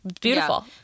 Beautiful